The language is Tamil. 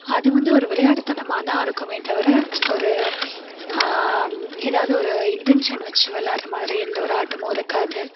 அது வந்து ஒரு விளையாட்டுத்தனமாகதான் இருக்குமே தவிர ஒரு ஏதாவது ஒரு இன்டென்ஷன் வச்சு விளாட்ற மாதிரி எந்த ஒரு ஆட்டமும் இருக்காது